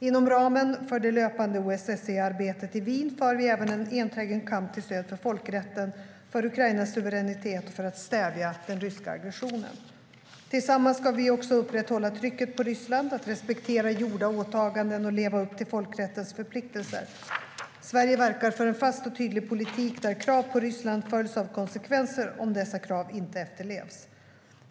Inom ramen för det löpande OSSE-arbetet i Wien för vi även en enträgen kamp till stöd för folkrätten, för Ukrainas suveränitet och för att stävja den ryska aggressionen. Tillsammans ska vi också upprätthålla trycket på Ryssland att respektera gjorda åtaganden och leva upp till folkrättens förpliktelser. Sverige verkar för en fast och tydlig politik där krav på Ryssland följs av konsekvenser om dessa krav inte efterlevs.